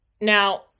Now